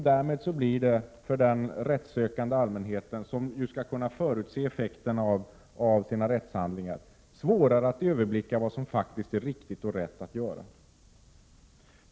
Därmed blir det för den rättssökande allmänheten. som skall kunna förutse effekten av sina rättshandlingar, svårare att överblicka vad som är riktigt och rätt att göra.